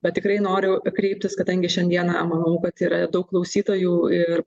bet tikrai noriu kreiptis kadangi šiandieną manau kad yra daug klausytojų ir